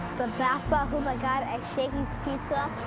the basketball hoop i got at shakey's pizza,